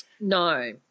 No